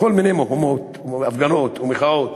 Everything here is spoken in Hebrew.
בכל מיני מקומות ובהפגנות ומחאות.